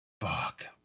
Fuck